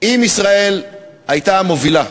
אם ישראל הייתה מובילה,